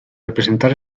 representar